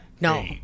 No